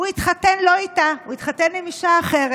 הוא התחתן לא איתה; הוא התחתן עם אישה אחרת.